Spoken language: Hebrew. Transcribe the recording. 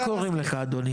איך קוראים לך אדוני?